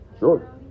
Sure